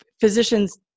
physicians –